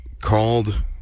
called